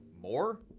more